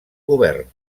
govern